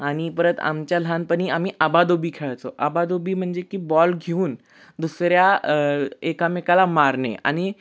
आणि परत आमच्या लहानपणी आम्ही आबाधोबी खेळायचो आबादोबी म्हणजे की बॉल घेऊन दुसऱ्या एकामेकाला मारणे आणि